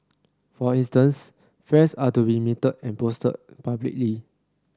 for instance fares are to be metered and posted publicly